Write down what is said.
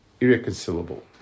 irreconcilable